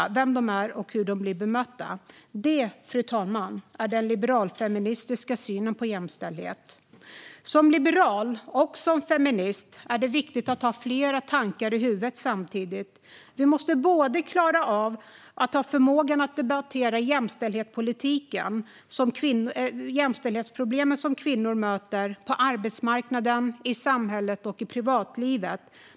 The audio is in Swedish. Det, fru talman, är den liberalfeministiska synen på jämställdhet. Som liberal och feminist är det viktigt att ha flera tankar i huvudet samtidigt. Vi måste ha förmågan att debattera jämställdhetsproblem som kvinnor möter på arbetsmarknaden, i samhället och i privatlivet.